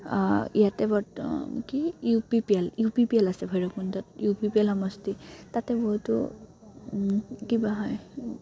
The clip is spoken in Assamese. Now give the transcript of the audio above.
ইয়াতে বৰ্ত কি U P P L U P P L আছে ভৈৰৱকুণ্ডত ইউ পি পি এল সমষ্টি তাতে বহুতো কিবা হয়